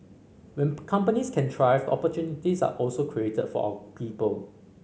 when companies can thrive opportunities are also created for our people